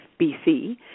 BC